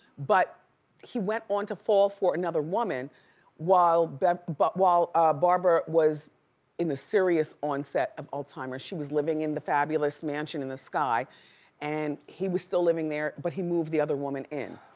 but he went on to fall for another woman while but but while ah barbara was in the serious onset of alzheimer's. she was living in the fabulous mansion in the sky and he was still living there but he moved the other woman in.